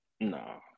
No